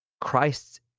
Christ